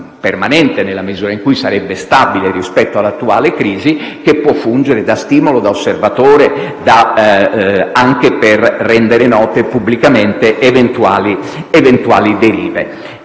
permanente, nella misura in cui sarebbe stabile rispetto all'attuale crisi, che può fungere da stimolo e da osservatore, anche per rendere note pubblicamente eventuali derive.